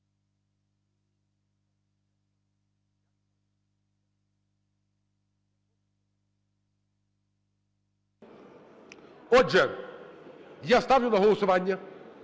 Отже, я ставлю на голосування